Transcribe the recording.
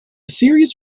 series